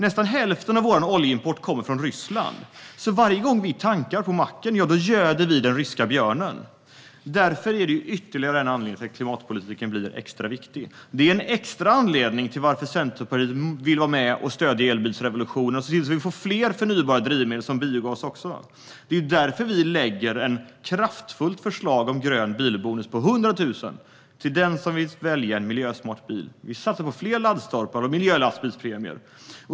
Nästan hälften av vår oljeimport kommer från Ryssland. Varje gång vi tankar på macken göder vi alltså den ryska björnen. Det är ytterligare en anledning till att klimatpolitiken blir extra viktig. Det är en extra anledning till att Centerpartiet vill vara med och stödja elbilsrevolutionen och se till att vi får fler förnybara drivmedel, som biogas. Det är därför vi lägger fram ett kraftfullt förslag om en grön bilbonus på 100 000 till den som väljer en miljösmart bil. Vi satsar på fler laddstolpar och på miljölastbilspremier.